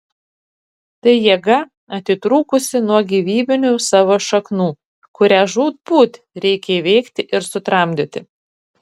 tai jėga atitrūkusi nuo gyvybinių savo šaknų kurią žūtbūt reikia įveikti ir sutramdyti